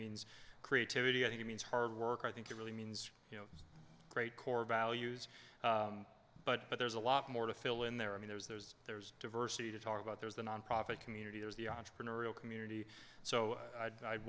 means creativity i think it means hard work i think it really means you know great core values but but there's a lot more to fill in there i mean there's there's there's diversity to talk about there's the nonprofit community there's the entrepreneurial community so i'd